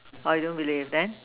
I don't believe then